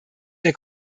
der